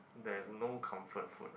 there's no comfort food ah